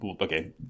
Okay